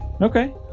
Okay